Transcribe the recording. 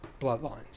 bloodlines